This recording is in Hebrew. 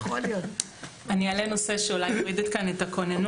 אני אעלה נושא שאולי יוריד את הכוננות